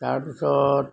তাৰপিছত